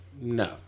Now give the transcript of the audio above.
No